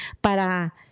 para